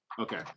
Okay